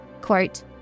Quote